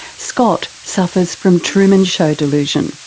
scott suffers from truman show delusion,